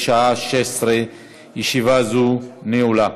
בשעה 16:00. ישיבה זו נעולה.